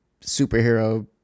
superhero